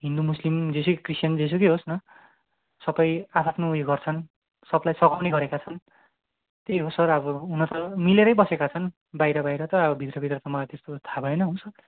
हिन्दू मुस्लिम जे सुकै क्रिस्चियन जे सुकै होस् न सहै आफ आफ्नु ऊ यो गर्छन् सपलाई सघाउने गरेका छन् त्यही हो सर अब हुन त मिलेरै बसेका छन् बाहिर बाहिर त अब भित्र भित्र त मलाई त्यस्तो थाह भएन हो सर